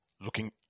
looking